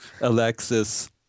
Alexis